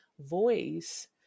voice